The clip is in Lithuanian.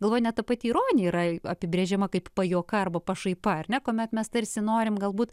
galvoju net ta pati ironija yra apibrėžiama kaip pajuoka arba pašaipa ar ne kuomet mes tarsi norime galbūt